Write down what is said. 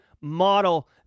model